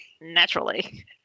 naturally